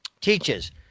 teaches